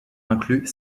inclut